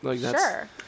Sure